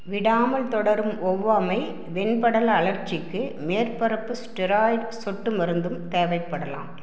விடாமல் தொடரும் ஒவ்வாமை வெண்படல அலற்சிக்கு மேற்பரப்பு ஸ்டெராய்ட் சொட்டு மருந்தும் தேவைப்படலாம்